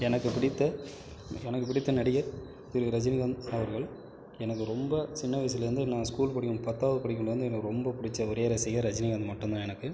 எனக்கு பிடித்த எனக்கு பிடித்த நடிகர் திரு ரஜினிகாந்த் அவர்கள் எனக்கு ரொம்ப சின்ன வயசுலேருந்தே நான் ஸ்கூல் படிக்கும் பத்தாவது படிக்கிறதுலேருந்தே எனக்கு ரொம்ப பிடிச்ச ஒரே ரசிகர் ரஜினிகாந்த் மட்டும் தான் எனக்கு